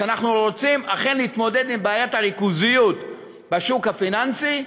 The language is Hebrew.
שאנחנו רוצים אכן להתמודד עם בעיית הריכוזיות בשוק הפיננסי.